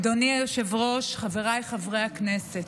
אדוני היושב-ראש, חבריי חברי הכנסת,